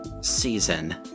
season